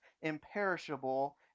imperishable